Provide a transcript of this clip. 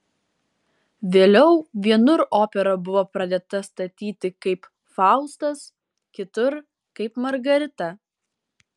vėliau vienur opera buvo pradėta statyti kaip faustas kitur kaip margarita